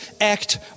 act